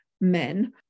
men